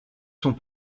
sont